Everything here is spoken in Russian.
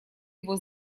его